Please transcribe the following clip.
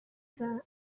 than